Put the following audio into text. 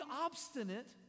obstinate